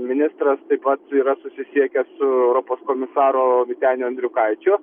ministras taip pat yra susisiekęs su europos komisaru vyteniu andriukaičiu